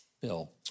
bill